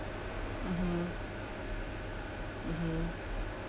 mmhmm mmhmm